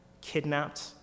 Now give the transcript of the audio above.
kidnapped